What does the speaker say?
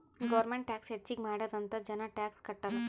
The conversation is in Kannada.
ಗೌರ್ಮೆಂಟ್ ಟ್ಯಾಕ್ಸ್ ಹೆಚ್ಚಿಗ್ ಮಾಡ್ಯಾದ್ ಅಂತ್ ಜನ ಟ್ಯಾಕ್ಸ್ ಕಟ್ಟಲ್